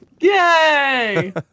Yay